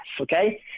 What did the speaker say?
okay